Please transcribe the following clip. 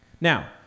Now